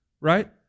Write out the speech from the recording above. Right